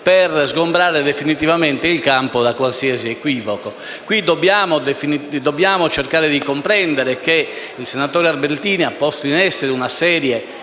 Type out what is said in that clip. per sgombrare definitivamente il campo da qualsiasi equivoco. Qui dobbiamo cercare di comprendere ciò che il senatore Albertini ha posto in essere e che